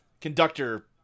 conductor